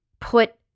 put